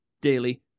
daily